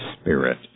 spirit